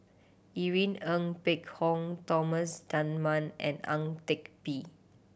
Irene Ng Phek Hoong Thomas Dunman and Ang Teck Bee